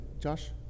Josh